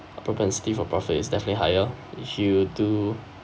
propensity for profit is definitely higher if you do